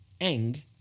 Eng